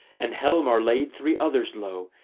and halmar laid three others low,